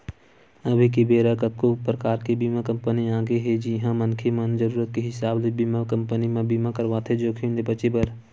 अभी के बेरा कतको परकार के बीमा कंपनी आगे हे जिहां मनखे मन जरुरत के हिसाब ले बीमा कंपनी म बीमा करवाथे जोखिम ले बचें बर